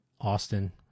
Austin